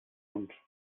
uns